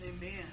Amen